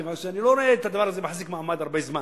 כיוון שאני לא רואה את הדבר הזה מחזיק מעמד הרבה זמן,